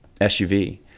SUV